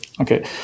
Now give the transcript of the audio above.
Okay